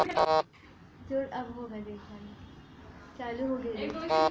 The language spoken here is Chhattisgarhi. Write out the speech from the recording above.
कका तुँहर गाँव कोती जेन फसल सबले जादा लेथे किसान मन ह ओमा धान जादा लेथे धुन गहूँ जादा लेथे गा?